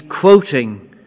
quoting